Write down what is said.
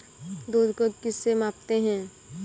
दूध को किस से मापते हैं?